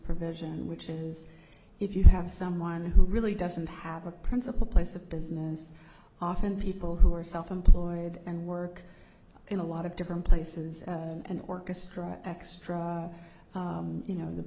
provision which is if you have someone who really doesn't have a principal place of business often people who are self employed and work in a lot of different places and orchestra extra you know the